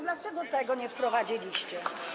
Dlaczego tego nie wprowadziliście?